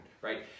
right